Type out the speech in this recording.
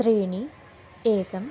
त्रीणि एकम्